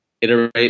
iterate